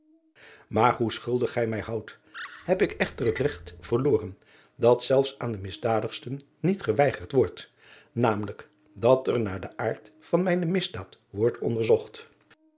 aar hoe schuldig gij mij houdt heb ik echter het regt verloren dat zelfs aan den misdadigsten niet geweigerd wordt namelijk dat er naar den aard van mijne misdaad wordt onderzocht